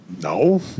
No